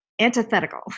antithetical